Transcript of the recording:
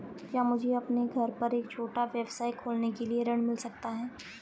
क्या मुझे अपने घर पर एक छोटा व्यवसाय खोलने के लिए ऋण मिल सकता है?